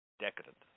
decadent